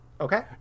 Okay